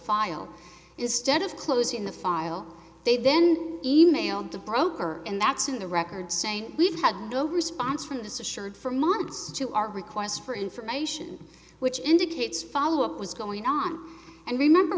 file is stead of closing the file they then emailed the broker and that's in the record saying we've had no response from the so sure for months to our requests for information which indicates followup was going on and remember